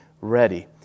ready